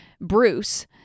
Bruce